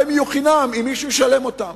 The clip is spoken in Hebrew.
מים יהיו חינם אם מישהו ישלם אותם,